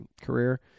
career